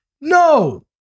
No